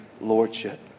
lordship